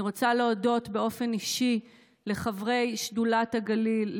אני רוצה להודות באופן אישי לחברי שדולת הגליל,